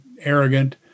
arrogant